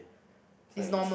is like a must